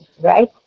right